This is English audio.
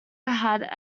had